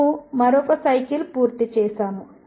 మేము మరొక సైకిల్ పూర్తి చేసాము